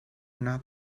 not